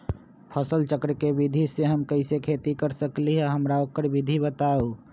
फसल चक्र के विधि से हम कैसे खेती कर सकलि ह हमरा ओकर विधि बताउ?